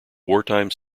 wartime